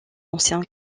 ancien